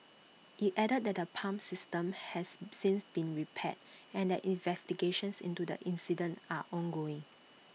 IT added that the pump system has since been repaired and that investigations into the incident are ongoing